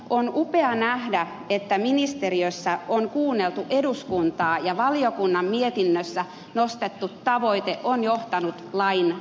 on upea nähdä että ministeriössä on kuunneltu eduskuntaa ja valiokunnan mietinnössä nostettu tavoite on johtanut lain tekemiseen